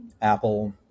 Apple